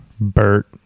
Bert